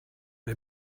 and